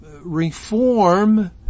reform